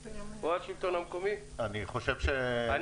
למה להכניס אותך לבעיה,